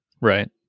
right